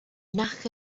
nac